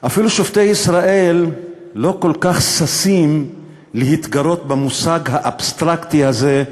אפילו שופטי ישראל לא כל כך ששים להתגרות במושג האבסטרקטי הזה,